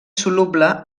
soluble